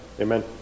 amen